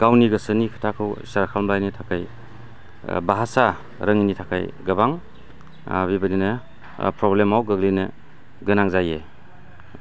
गावनि गोसोनि खोथाखौ सावरायनो थाखाय भासा रोङैनि थाखाय गोबां बेबायदिनो प्रब्लेमाव गोग्लैनो गोनां जायो